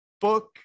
book